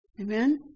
Amen